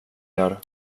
gör